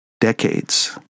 decades